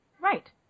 Right